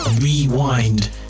Rewind